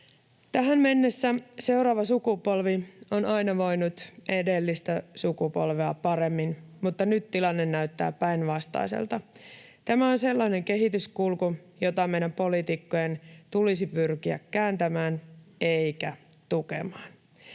Tähän mennessä seuraava sukupolvi on aina voinut edellistä sukupolvea paremmin, mutta nyt tilanne näyttää päinvastaiselta. Tämä on sellainen kehityskulku, jota meidän poliitikkojen tulisi pyrkiä kääntämään eikä tukemaan.